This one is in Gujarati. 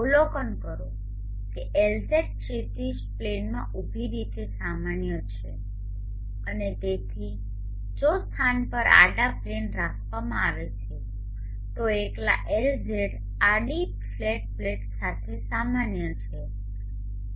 અવલોકન કરો કે Lz ક્ષિતિજ પ્લેનમાં ઊભી રીતે સામાન્ય છે અને તેથી જો સ્થાન પર આડા પ્લેન રાખવામાં આવે છે તો એકલા Lz આડી ફ્લેટ પ્લેટ માટે સામાન્ય છે